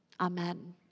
Amen